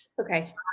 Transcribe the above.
Okay